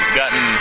gotten